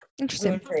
interesting